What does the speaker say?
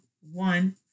one